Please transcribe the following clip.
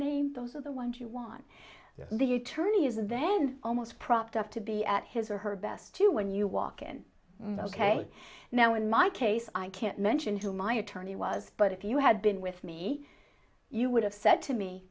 name those are the ones you want the attorney is then almost propped up to be at his or her best to when you walk in ok now in my case i can't mention to my attorney was but if you had been with me you would have said to me